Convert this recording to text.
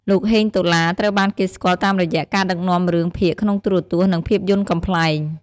លោក ហេង តុលា ត្រូវបានគេស្គាល់តាមរយៈការដឹកនាំរឿងភាគក្នុងទូរទស្សន៍ និងភាពយន្តកំប្លែង។